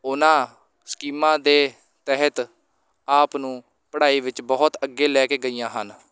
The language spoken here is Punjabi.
ਉਹਨਾਂ ਸਕੀਮਾਂ ਦੇ ਤਹਿਤ ਆਪ ਨੂੰ ਪੜ੍ਹਾਈ ਵਿੱਚ ਬਹੁਤ ਅੱਗੇ ਲੈ ਕੇ ਗਈਆਂ ਹਨ